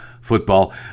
football